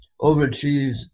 overachieves